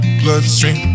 bloodstream